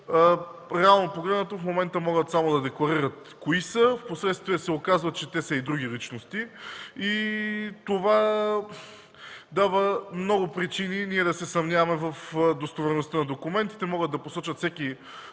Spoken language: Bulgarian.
Реално погледнато в момента могат само да декларират кои са. Впоследствие се оказва, че те са и други личности. Това дава много причини ние да се съмняваме в достоверността на документите. Могат да посочат всеки